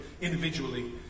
individually